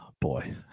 boy